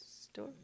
store